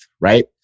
right